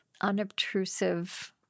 unobtrusive